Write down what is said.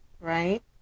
right